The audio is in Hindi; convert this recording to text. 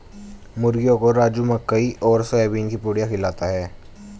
मुर्गियों को राजू मकई और सोयाबीन की पुड़िया खिलाता है